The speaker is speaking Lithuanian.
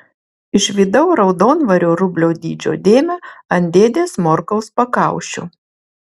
išvydau raudonvario rublio dydžio dėmę ant dėdės morkaus pakaušio